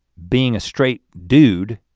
being a straight dude